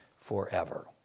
forever